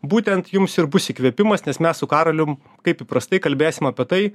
būtent jums ir bus įkvėpimas nes mes su karolium kaip įprastai kalbėsim apie tai